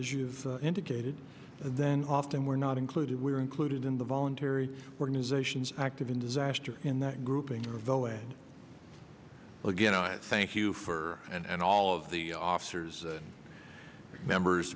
as you've indicated then often we're not included we're included in the voluntary organizations active in disaster in that grouping though and again i thank you for and all of the officers members